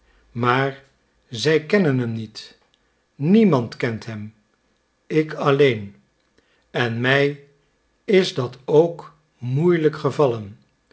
maar zij kennen hem niet niemand kent hem ik alleen en mij is dat ook moeilijk gevallen